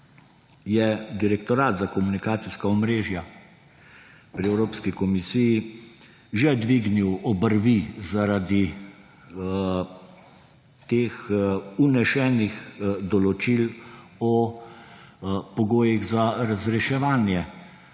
je Direktorat za komunikacijska omrežja pri Evropski komisiji že dvignil obrvi zaradi teh vnesenih določil o pogojih za razreševanje